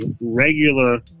regular